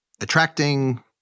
attracting